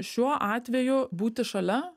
šiuo atveju būti šalia